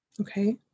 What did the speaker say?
Okay